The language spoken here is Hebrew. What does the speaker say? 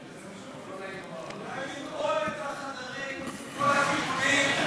כדאי לנעול את החדרים מכל הכיוונים,